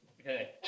okay